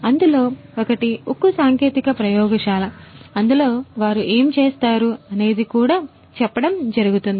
అందులో ఒకటి ఉక్కు సాంకేతిక ప్రయోగశాల అందులో వారు ఏమి చేస్తారు అనేది కూడా చెప్పడం జరుగుతుంది